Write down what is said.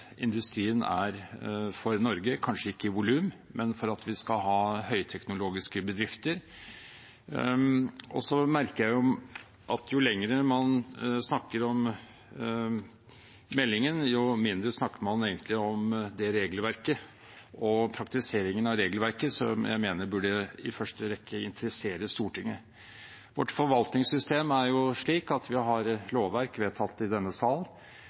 industrien er for Norge, om enn kanskje ikke i volum, så for at vi skal ha høyteknologiske bedrifter. Så merker jeg at jo lenger man snakker om meldingen, jo mindre snakker man egentlig om regelverket og praktiseringen av det, som jeg mener er det som i første rekke burde interessere Stortinget. Vårt forvaltningssystem er slik at vi har et lovverk, vedtatt i denne sal.